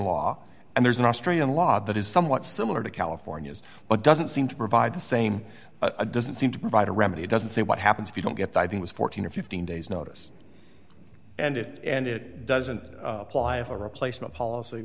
law and there's an australian law that is somewhat similar to california's but doesn't seem to provide the same doesn't seem to provide a remedy doesn't say what happens if you don't get diving was fourteen or fifteen days notice and it and it doesn't apply if a replacement policy